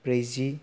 ब्रैजि